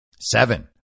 Seven